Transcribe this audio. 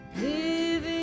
Living